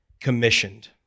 commissioned